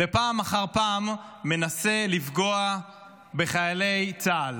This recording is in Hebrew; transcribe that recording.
ופעם אחר פעם מנסה לפגוע בחיילי צה"ל.